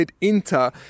Inter